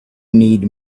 need